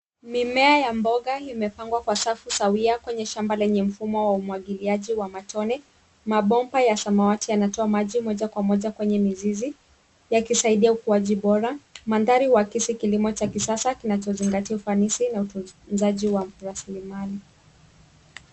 Mimea ya mboga imepangwa kwa safu sawia kwenye shamba lenye mfumo wa umwagiliaji wa matone. Mabomba ya samawati yanatoa maji moja kwa moja kwenye mizizi, yakisaidia ukuaji bora. Mandhari huakisi kilimo cha kisasa kinachozingatia ufanisi na utunzaji wa rasilimali.